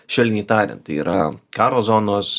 švelniai tariant tai yra karo zonos